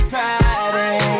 Friday